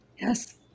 Yes